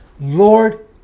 Lord